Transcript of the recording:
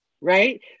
right